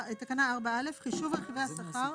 חישוב רכיבי השכר